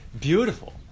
Beautiful